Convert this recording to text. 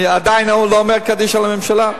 אני עדיין לא אומר קדיש על הממשלה.